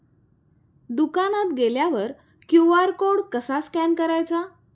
दुकानात गेल्यावर QR code कसा स्कॅन करायचा?